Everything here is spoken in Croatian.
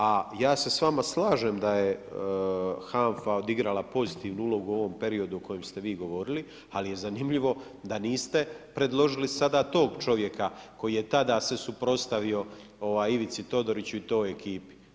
A ja se s vama slažem, da je HANFA osigurala pozivnu ulogu u ovom periodu o kojem ste vi govorili, ali je zanimljivo da niste predložili sada tog čovjeka, koji tada se suprotstavio Ivici Todoriću i toj ekipi.